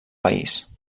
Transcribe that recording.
país